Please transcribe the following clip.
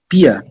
Pia